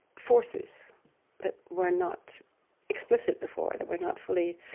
forces that were not explicit before, that were not fully